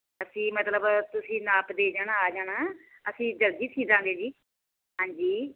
ਅਸੀਂ ਮਤਲਬ ਤੁਸੀਂ ਨਾਪ ਦੇ ਜਾਣਾ ਅਸੀਂ ਜਲਦੀ ਸੀਊਂ ਦੇਵਾਂਗੇ ਜੀ ਹਾਂਜੀ